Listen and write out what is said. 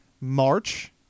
March